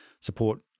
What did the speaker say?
support